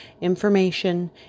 information